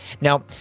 Now